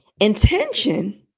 Intention